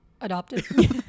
adopted